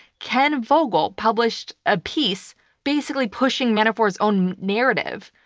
ken vogel published a piece basically pushing manafort's own narrative,